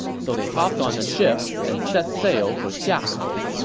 so they hopped on a ship and set sail for xiakou.